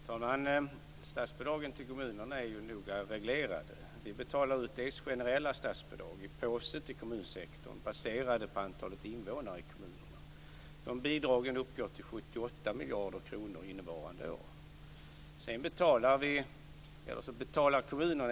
Fru talman! Statsbidragen till kommunerna är noga reglerade. Vi betalar ut generella statsbidrag i en påse till kommunsektorn baserade på antalet invånare i kommunerna. De bidragen uppgår till 78 miljarder kronor innevarande år.